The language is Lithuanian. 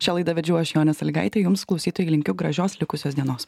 šią laidą vedžiau aš jonė sąlygaitė jums klausytojai linkiu gražios likusios dienos